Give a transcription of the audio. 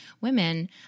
women